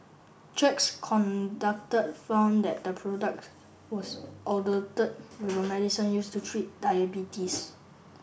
checks conducted found that the products was with a medicine used to treat diabetes